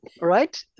right